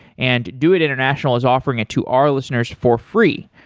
and doit international is offering it to our listeners for free.